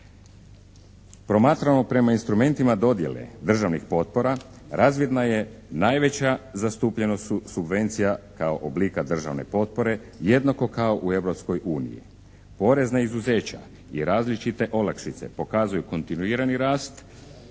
Promatramo prema instrumentima dodjele državnih potpora razvidna je najveća zastupljenost subvencija kao oblika državne potpore jednako kao u Europskoj uniji. Porezna izuzeća i različite olakšice pokazuju kontinuirani rast